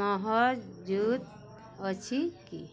ମହଜୁଦ ଅଛି କି